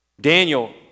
Daniel